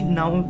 now